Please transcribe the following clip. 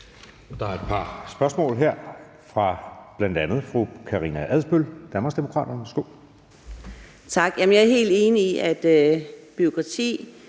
Der er et par spørgsmål her fra bl.a. fru Karina Adsbøl, Danmarksdemokraterne.